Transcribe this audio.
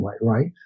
right